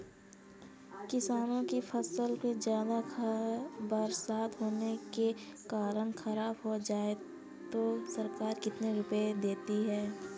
किसानों की फसल ज्यादा बरसात होने के कारण खराब हो जाए तो सरकार कितने रुपये देती है?